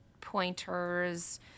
pointers